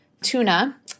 tuna